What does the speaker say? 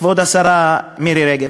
כבוד השרה מירי רגב,